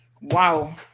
wow